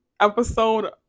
episode